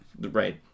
Right